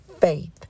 Faith